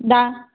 అబ్బా